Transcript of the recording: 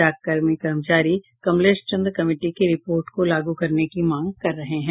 डाक कर्मी कर्मचारी कमलेश चंद्र कमेटी की रिपोर्ट को लागू करने की मांग कर रहे हैं